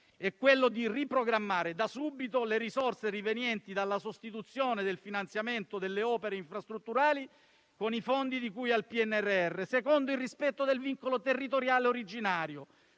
è quello di riprogrammare da subito le risorse rivenienti dalla sostituzione del finanziamento delle opere infrastrutturali con i fondi di cui al PNRR secondo il rispetto del vincolo territoriale originario